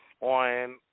on